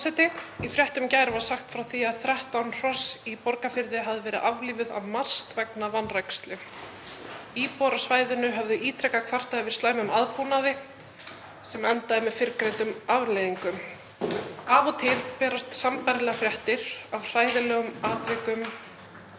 Í fréttum í gær var sagt frá því að 13 hross í Borgarfirði hefðu verið aflífuð af Matvælastofnun vegna vanrækslu. Íbúar á svæðinu höfðu ítrekað kvartað yfir slæmum aðbúnaði sem endaði með fyrrgreindum afleiðingum. Af og til berast sambærilegar fréttir af hræðilegum atvikum,